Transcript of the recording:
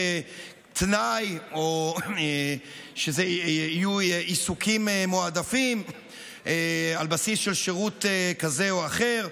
ותנאי שאלה יהיו עיסוקים מועדפים על בסיס של שירות כזה או אחר,